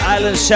Island